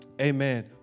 Amen